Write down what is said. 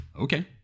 okay